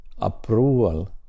approval